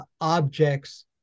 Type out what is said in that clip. objects